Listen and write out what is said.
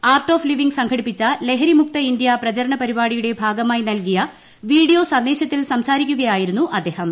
art of living സംഘടിപ്പിച്ച ലഹരി മുക്ത ഇന്ത്യ പ്രചരണ പരിപാടിയുടെ ഭാഗമായി നൽകിയ വീഡിയോ സന്ദേശത്തിൽ സംസാരിക്കുകയായിരുന്നു അദ്ദേഹം